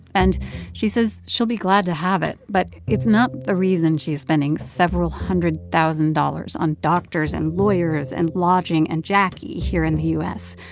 and she says she'll be glad to have it. but it's not the reason she's spending several hundred thousand dollars on doctors, and lawyers, and lodging and jacquie here in the u s.